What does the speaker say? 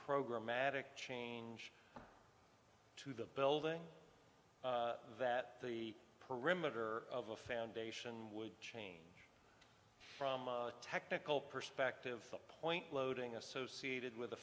program matic change to the building that the perimeter of a foundation would change from a technical perspective the point loading associated with